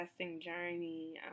journey